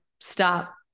Stop